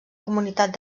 comunitat